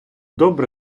добре